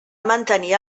mantenir